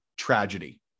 tragedy